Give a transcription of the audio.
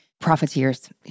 profiteers